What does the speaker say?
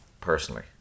personally